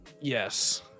Yes